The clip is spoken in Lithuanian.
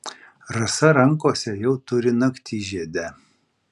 rasa rankose jau turi naktižiedę